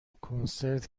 کنسرت